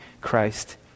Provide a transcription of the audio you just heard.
Christ